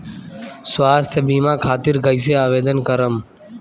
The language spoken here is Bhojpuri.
स्वास्थ्य बीमा खातिर कईसे आवेदन करम?